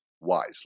wisely